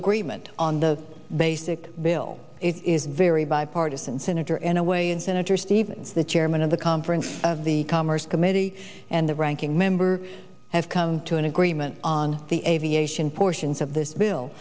agreement on the basic bill it is very bipartisan senator in a way and senator stevens the chairman of the conference of the commerce committee and the ranking member have come to an agreement on the aviation portions of this bill